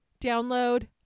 download